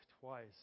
twice